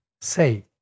say